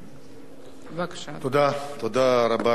גברתי היושבת-ראש,